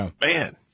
man